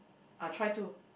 I try to